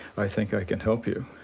i think i can help you,